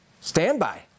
Standby